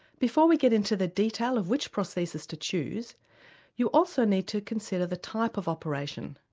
before we get into the detail of which prosthesis to choose you also need to consider the type of operation,